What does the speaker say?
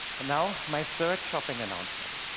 and now, my third shopping announcement.